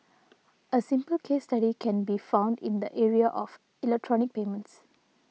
a simple case study can be found in the area of electronic payments